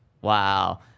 Wow